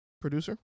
Producer